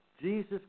Jesus